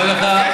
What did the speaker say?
יקרה לכולנו.